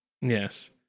Yes